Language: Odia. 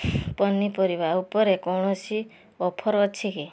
ପନିପରିବା ଉପରେ କୌଣସି ଅଫର୍ ଅଛି କି